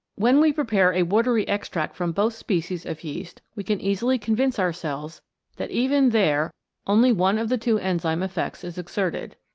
when we prepare a watery extract from both species of yeast we can easily convince ourselves that even there only one of the two enzyme effects is exerted.